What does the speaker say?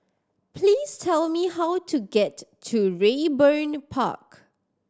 please tell me how to get to Raeburn Park